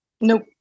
Nope